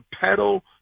pedal